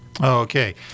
Okay